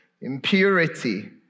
impurity